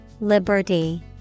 Liberty